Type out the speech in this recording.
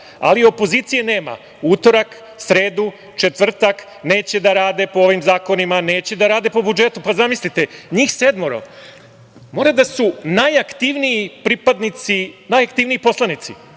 ali opozicije nema utorak, sredu, četvrtak. Neće da rade po ovim zakonima. Neće da rade po budžetu. Zamislite, njih sedmoro mora da su najaktivniji pripadnici, najaktivniji poslanici.